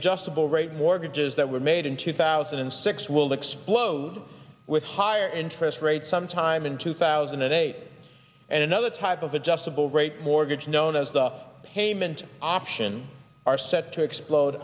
adjustable rate mortgages that were made in two thousand and six will explode with higher interest rates sometime in two thousand and eight and another type of adjustable rate mortgage known as the payment option are set to explode